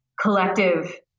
collective